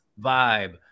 vibe